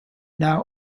now